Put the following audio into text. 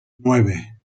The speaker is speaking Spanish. nueve